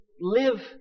live